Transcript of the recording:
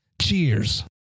Cheers